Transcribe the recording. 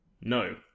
No